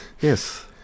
Yes